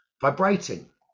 vibrating